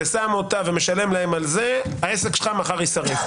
ושם אותה ומשלם להם על זה, העסק שלך מחר יישרף.